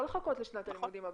לא לחכות לשנת הלימודים הבאה.